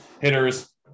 hitters